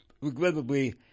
regrettably